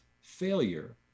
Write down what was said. failure